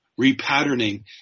repatterning